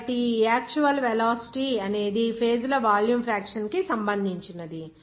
కాబట్టి ఈ actual velocity అనేది ఫేజ్ ల వాల్యూమ్ ఫ్రాక్షన్ కి సంబంధించినది